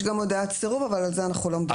יש גם הודעת סירוב, אבל על זה אנחנו לא מדברים.